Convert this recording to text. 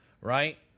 right